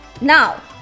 now